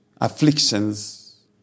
Afflictions